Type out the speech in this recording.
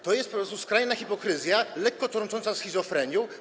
To jest po prostu skrajna hipokryzja, lekko trącąca schizofrenią.